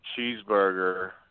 Cheeseburger